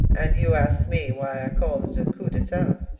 and you ask me why i call it a coup d'etat?